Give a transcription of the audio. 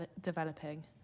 developing